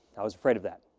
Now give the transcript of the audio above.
i was afraid of that.